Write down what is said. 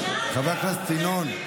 חבר הכנסת ינון.